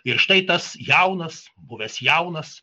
ir štai tas jaunas buvęs jaunas